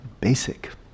basic